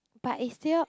but is still